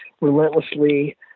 Relentlessly